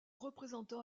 représentant